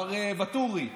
מר ואטורי,